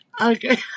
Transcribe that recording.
Okay